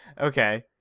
Okay